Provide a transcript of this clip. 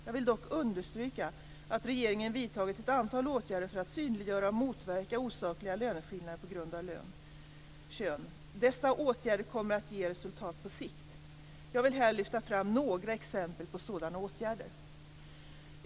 Jag vill dock understryka att regeringen vidtagit en antal åtgärder för att synliggöra och motverka osakliga löneskillnader på grund av kön. Dessa åtgärder kommer att ge resultat på sikt. Jag vill här lyfta fram några exempel på sådana åtgärder.